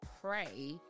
pray